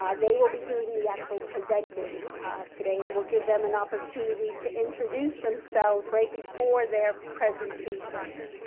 um they will be doing the actual presenting today and we'll give them an opportunity to introduce themselves right before their presentation.